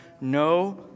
no